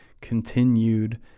continued